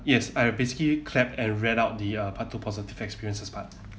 yes I have basically clap and read out the uh part two positive experiences part